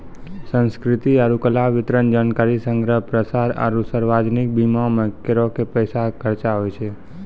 संस्कृति आरु कला, वितरण, जानकारी संग्रह, प्रसार आरु सार्वजनिक बीमा मे करो के पैसा खर्चा होय छै